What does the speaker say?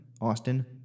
Austin